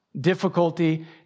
difficulty